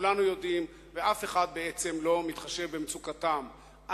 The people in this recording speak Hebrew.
כולנו יודעים ואף אחד בעצם לא מתחשב במצוקתם.